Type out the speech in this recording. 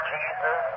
Jesus